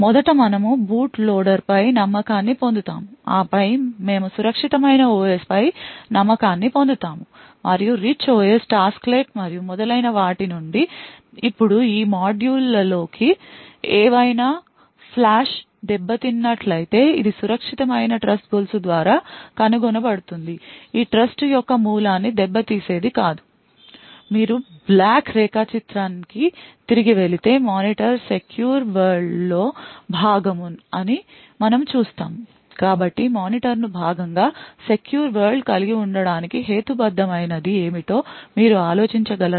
మొదట మనము బూట్ లోడర్పై నమ్మకాన్ని పొందుతాము ఆపై మేము సురక్షితమైన OS పై నమ్మకాన్ని పొందుతాము మరియు రిచ్ OS టాస్క్లెట్ మరియు మొదలైన వాటి నుండి ఇప్పుడు ఈ మాడ్యూళ్ళలో ఏవైనా ఫ్లాష్లో దెబ్బతిన్నట్లయితే ఇది సురక్షితమైన ట్రస్ట్ గొలుసు ద్వారా కనుగొనబడుతుంది ఈ ట్రస్ట్ యొక్క మూలాన్ని దెబ్బతీసేది కాదు మీరు బ్లాక్ రేఖాచిత్రానికి తిరిగి వెళితే మానిటర్ సెక్యూర్ వరల్డ్ంలో భాగమ ని మనము చూస్తాము కాబట్టి మానిటర్ను భాగంగా సెక్యూర్ వరల్డ్ కలిగి ఉండటానికి హేతుబద్ధమైనది ఏమిటో మీరు ఆలోచించగలరా